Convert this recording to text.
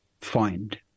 find